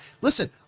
Listen